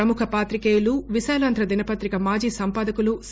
ప్రముఖ పాతికేయులు విశాలాంధ్ర దినపతిక మాజీ సంపాదకులు సి